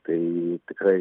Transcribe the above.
tai tikrai